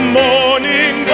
morning